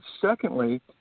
secondly